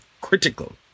critical